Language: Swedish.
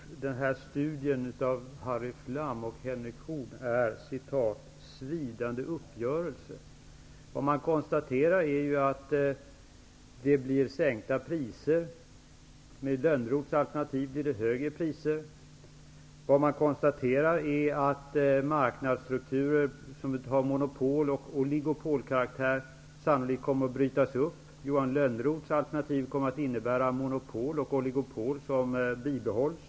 Herr talman! Johan Lönnroth säger att studien av Harry Flam och Henry Horn är ''svidande uppgörelser''. Vad man konstaterar är att det blir sänkta priser. Med Johan Lönnroths alternativ blir det högre priser. Vad man konstaterar är att marknadsstrukturer som är av monopol och oligopolkaraktär sannolikt kommer att brytas upp. Johan Lönnroths alternativ kommer att innebära att monopol och oligopol bibehålls.